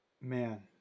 Man